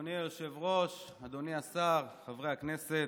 אדוני היושב-ראש, אדוני השר, חברי הכנסת,